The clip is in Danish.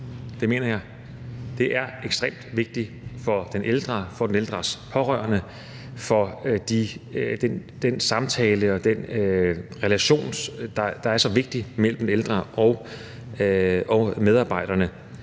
det mener jeg. Det er ekstremt vigtigt for den ældre, for den ældres pårørende og for den samtale og den relation, der er så vigtig mellem ældre og medarbejderne.